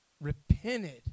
Repented